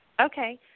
Okay